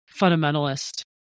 fundamentalist